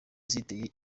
ziteye